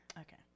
Okay